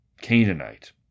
Canaanite